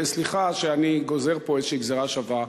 וסליחה שאני גוזר פה איזושהי גזירה שווה,